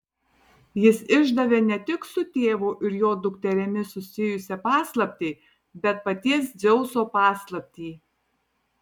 jis išdavė ne tik su tėvu ir jo dukterimi susijusią paslaptį bet paties dzeuso paslaptį